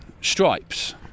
stripes